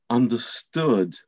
understood